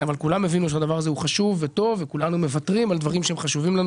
לכן כולנו ויתרנו על דברים שחשובים לנו